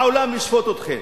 העולם ישפוט אתכם.